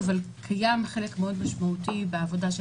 אבל קיים חלק מאוד משמעותי בעבודה של